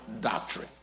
doctrine